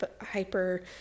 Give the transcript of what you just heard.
hyper